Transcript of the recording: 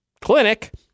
Clinic